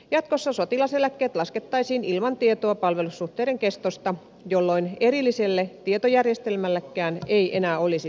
jatkossa sotilaseläkkeet laskettaisiin ilman tietoa palvelussuhteiden kestosta jolloin erilliselle tietojärjestelmällekään ei enää olisi tarvetta